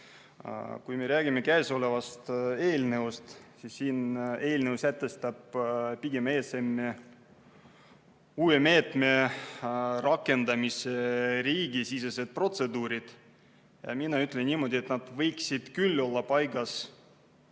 Kui me räägime käesolevast eelnõust, siis see eelnõu sätestab pigem ESM-i uue meetme rakendamise riigisisesed protseduurid. Mina ütlen niimoodi, et nad võiksid küll olla paigas